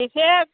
एसे